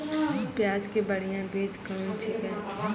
प्याज के बढ़िया बीज कौन छिकै?